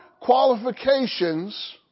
qualifications